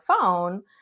phone